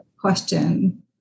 question